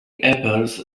apples